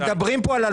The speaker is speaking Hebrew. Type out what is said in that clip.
מדברים פה על הלוואות,